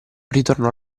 ritornò